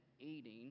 eating